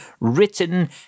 written